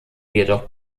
jedoch